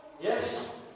Yes